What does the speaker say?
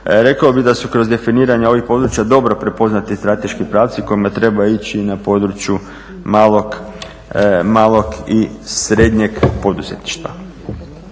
Rekao bih da su kroz definiranja ovih područja dobro prepoznati strateški pravci kojima treba ići i na području malog i srednjeg poduzetništva.